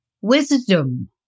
wisdom